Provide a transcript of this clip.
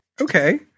okay